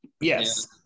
Yes